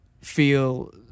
feel